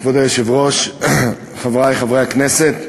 כבוד היושב-ראש, חברי חברי הכנסת,